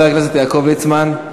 חבר הכנסת יעקב ליצמן,